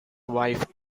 wife